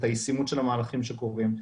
את הישימות של המהלכים שקורים,